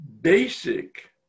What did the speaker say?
basic